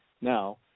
now